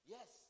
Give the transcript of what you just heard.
Yes